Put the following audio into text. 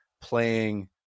playing